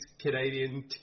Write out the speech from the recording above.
Canadian